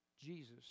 Jesus